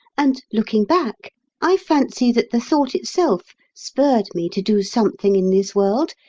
and looking back i fancy that the thought itself spurred me to do something in this world,